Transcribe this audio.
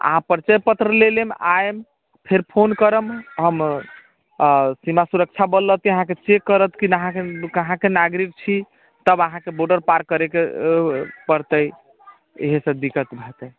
अहाँ परिचय पत्र ले लेम आएम फिर फोन करम हम सीमा सुरक्षा बल रहतै अहाँकेँ चेक करत कि नहि अहाँ कहाँके नागरिक छी तब अहाँकेँ बोर्डर पार करैके पड़तै इहे सभ दिक्कत हेतै